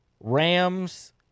Rams